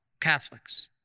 Catholics